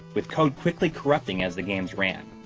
with code quickly corrupting as the games ran.